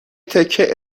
تکه